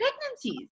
pregnancies